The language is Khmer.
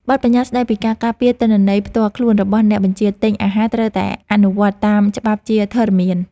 បទប្បញ្ញត្តិស្ដីពីការការពារទិន្នន័យផ្ទាល់ខ្លួនរបស់អ្នកបញ្ជាទិញអាហារត្រូវតែអនុវត្តតាមច្បាប់ជាធរមាន។